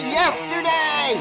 yesterday